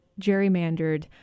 gerrymandered